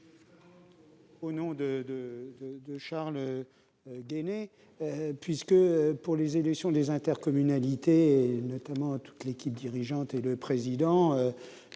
au nom de Charles Guené. Pour les élections des intercommunalités, notamment de toute l'équipe dirigeante et du président,